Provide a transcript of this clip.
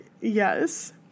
yes